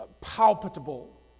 palpable